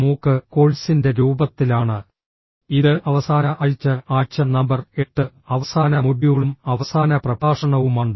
മൂക്ക് കോഴ്സിന്റെ രൂപത്തിലാണ് ഇത് അവസാന ആഴ്ച ആഴ്ച നമ്പർ 8 അവസാന മൊഡ്യൂളും അവസാന പ്രഭാഷണവുമാണ്